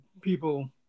people